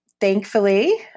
thankfully